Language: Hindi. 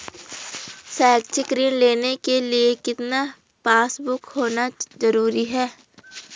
शैक्षिक ऋण लेने के लिए कितना पासबुक होना जरूरी है?